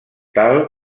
tal